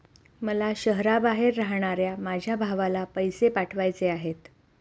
मला शहराबाहेर राहणाऱ्या माझ्या भावाला पैसे पाठवायचे आहेत